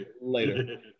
later